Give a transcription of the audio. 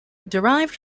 derived